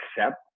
accept